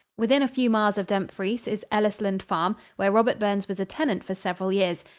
within a few miles of dumfries is ellisland farm, where robert burns was a tenant for several years,